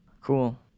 Cool